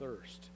thirst